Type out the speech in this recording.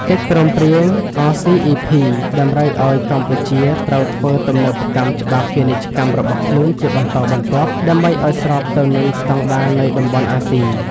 កិច្ចព្រមព្រៀង RCEP តម្រូវឱ្យកម្ពុជាត្រូវធ្វើទំនើបកម្មច្បាប់ពាណិជ្ជកម្មរបស់ខ្លួនជាបន្តបន្ទាប់ ដើម្បីឱ្យស្របទៅនឹងស្ដង់ដារនៃតំបន់អាស៊ី។